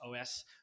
OS